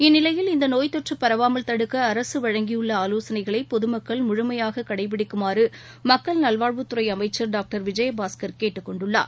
இந்நிலையில் இந்தநோய் தொற்றுபரவாமல் தடுக்கஅரசுவழங்கியுள்ளஆலோசனைகளைபொதமக்கள் முழுமையாககடைபிடிக்குமாறுமக்கள் நல்வாழ்வுத்துறைஅமைச்சர் டாக்டர் விஜயபாஸ்கள் நல்வாழ்வுத் கேட்டுக் கொண்டுள்ளார்